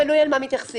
תלוי בעבירה.